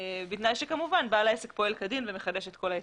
בתנאי שכמובן בעל העסק פועל כדין ומחדש את כל ההיתרים.